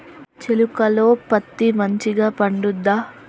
చేలుక లో పత్తి మంచిగా పండుద్దా?